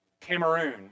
Cameroon